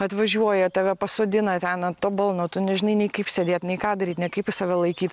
atvažiuoja tave pasodina ten ant to balno tu nežinai nei kaip sėdėt nei ką daryt net kaip į save laikyt